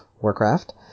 Warcraft